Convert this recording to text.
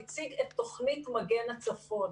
הציג את תוכנית מגן הצפון.